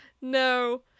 No